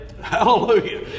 Hallelujah